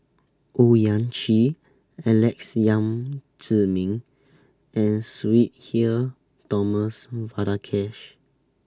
Owyang Chi Alex Yam Ziming and Sudhir Thomas Vadaketh